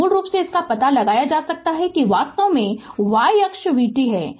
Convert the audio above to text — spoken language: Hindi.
तो मूल रूप से इससे पता लगाया जा सकता है कि वास्तव में y अक्ष v t है